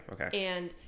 okay